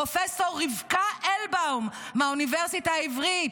פרופ' רבקה אלבאום מהאוניברסיטה העברית: